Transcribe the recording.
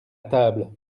table